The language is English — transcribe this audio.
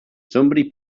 somebody